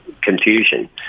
confusion